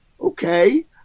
Okay